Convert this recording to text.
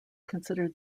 consider